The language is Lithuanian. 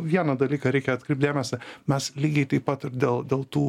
vieną dalyką reikia atkreipt dėmesį mes lygiai taip pat ir dėl dėl tų